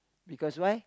because why